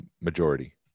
majority